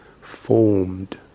formed